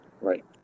Right